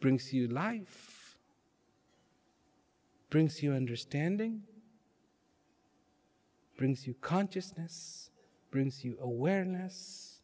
brings you life brings you understandings brings you consciousness brings you awareness